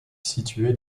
située